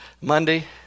Monday